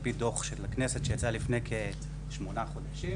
על פי דוח של הכנסת שיצא לפני כ-8 חודשים,